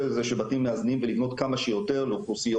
הזה של בתים מאזנים ולבנות כמה שיותר לאוכלוסיות